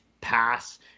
pass